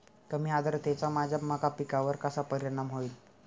कमी आर्द्रतेचा माझ्या मका पिकावर कसा परिणाम होईल?